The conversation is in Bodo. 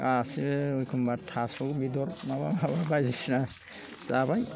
दासो एखम्बा थास' बेदर माबा बायदिसिना जाबाय